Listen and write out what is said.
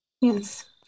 Yes